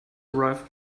arrive